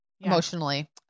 emotionally